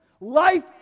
Life